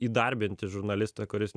įdarbinti žurnalistą kuris